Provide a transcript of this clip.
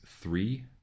three